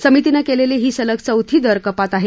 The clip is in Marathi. समितीनं केलेली ही सलग चौथी दर कपात आहे